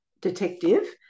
detective